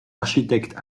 architectes